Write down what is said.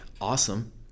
awesome